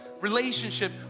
relationship